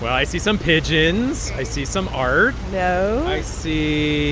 i see some pigeons. i see some art no i see.